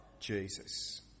Jesus